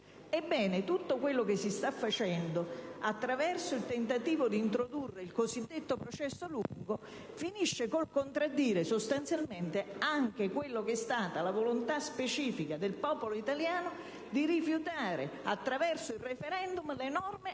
Ebbene, quello che si sta facendo attraverso il tentativo di introdurre il cosiddetto processo lungo finisce col contraddire sostanzialmente anche quella che è stata la volontà specifica del popolo italiano di rifiutare, attraverso il *referendum*, le norme